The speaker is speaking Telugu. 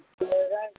లేదా